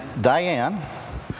Diane